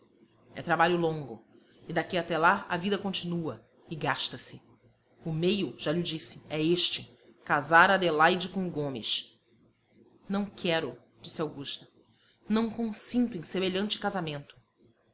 é trabalho longo e daqui até lá a vida continua e gasta-se o meio já lho disse é este casar adelaide com o gomes não quero disse augusta não consinto em semelhante casamento